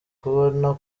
kubona